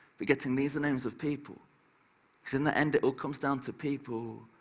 forgetting these are names of people, because in the end it all comes down to people.